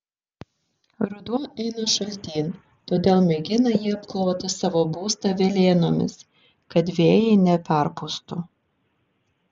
ruduo eina šaltyn todėl mėgina jie apkloti savo būstą velėnomis kad vėjai neperpūstų